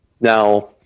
Now